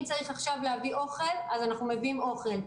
אם צריך עכשיו להביא אוכל אז אנחנו מביאים אוכל,